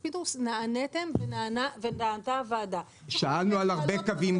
יש תוכנית חומש לכבישים --- עכשיו כשהעברנו את התקציב.